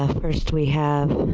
ah first we have